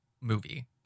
movie